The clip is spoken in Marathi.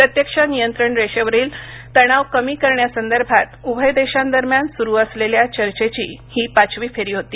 प्रत्यक्ष नियंत्रण रेषेवरील तणाव कमी करण्यासंदर्भात उभय देशांदरम्यान सुरू असलेल्या चर्चेची ही पाचवी फेरी होती